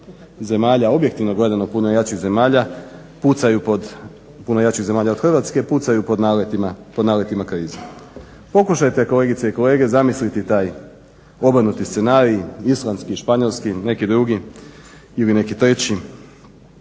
zemalja objektivno gledano puno jačih zemalja od Hrvatske pucaju pod naletima krize. Pokušajte kolegice i kolege zamisliti taj obrnuti scenarij, islandski, španjolski, neki drugi ili neki treći.